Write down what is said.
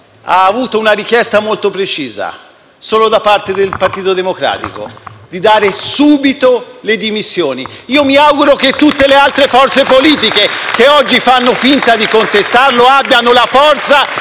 ha ricevuto una richiesta molto precisa, solo da parte del Partito Democratico: di dare subito le dimissioni. Mi auguro che tutte le altre forze politiche, che oggi fanno finta di contestarlo, abbiano la forza,